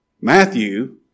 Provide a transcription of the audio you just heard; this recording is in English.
Matthew